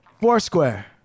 Foursquare